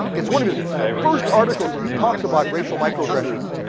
it's one of his first articles where he talks about racial micro-aggressions.